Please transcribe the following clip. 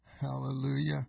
Hallelujah